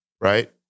right